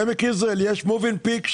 בעמק יזרעאל יש מובנפיק,